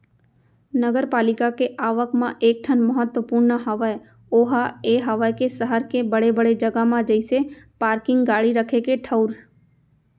नगरपालिका के आवक म एक ठन महत्वपूर्न हवय ओहा ये हवय के सहर के बड़े बड़े जगा म जइसे पारकिंग गाड़ी रखे के ठऊर